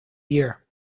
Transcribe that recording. year